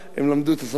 ובעזרת השם,